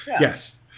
Yes